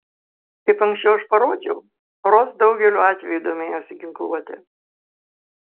kaip ankščiau aš parodžiau ros daugeliu atvejų domėjosi ginkluote